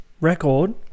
record